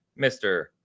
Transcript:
Mr